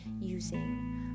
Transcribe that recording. using